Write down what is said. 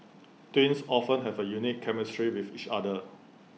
twins often have A unique chemistry with each other